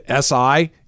SI